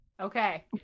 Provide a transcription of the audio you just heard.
Okay